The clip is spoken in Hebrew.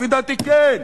לפי דעתי כן.